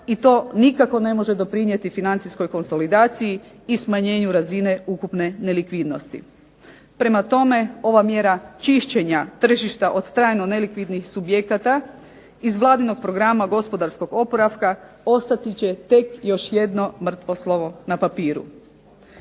i to nikako ne može doprinijeti financijskoj konsolidaciji i smanjenju razine ukupne nelikvidnosti. Prema tome, ova mjera čišćenja tržišta od trajno nelikvidnih subjekata iz vladinog programa gospodarskog oporavka ostati će tek još jedno mrtvo slovo na papiru.